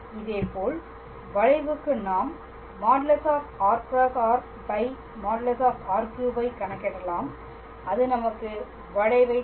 இதேபோல் வளைவுக்கு நாம் |r×r| |r|3 ஐ கணக்கிடலாம் அது நமக்கு வளைவைத் தரும்